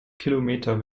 kilometer